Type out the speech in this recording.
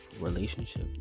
relationship